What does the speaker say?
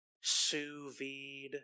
sous-vide